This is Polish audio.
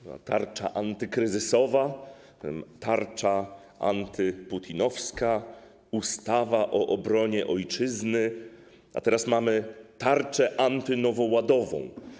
Była tarcza antykryzysowa, potem tarcza antyputinowska, ustawa o obronie ojczyzny, a teraz mamy tarczę antynowoładową.